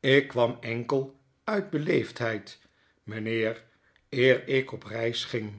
ik kwam enkel uit beleefdheid mijnheer eer ik op reis ging